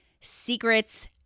secrets